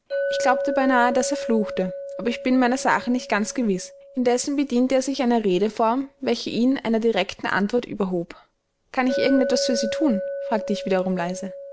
ich glaube beinahe daß er fluchte aber ich bin meiner sache nicht ganz gewiß indessen bediente er sich einer redeform welche ihn einer direkten antwort überhob kann ich irgend etwas für sie thun fragte ich wiederum